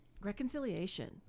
reconciliation